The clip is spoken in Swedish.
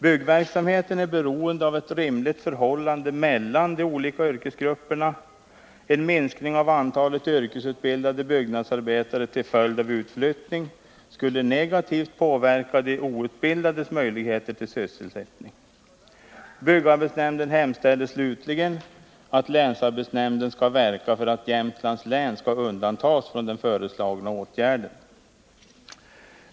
Byggverksamheten är beroende av ett rimligt förhållande mellan de olika yrkesgrupperna. En minskning av antalet yrkesutbildade byggnadsarbetare till följd av utflyttning skulle negativt påverka de outbildades möjligheter till sysselsättning. Byggarbetsnämnden hemställer slutligen att länsarbetsnämnden skall verka för att Jämtlands län skall undantas från den föreslagna åtgärden.